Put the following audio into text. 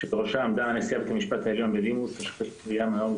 שבראשה עמדה נשיאת בית המשפט העליון בדימוס השופטת מרים נאור,